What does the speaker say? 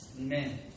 Amen